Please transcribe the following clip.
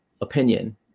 opinion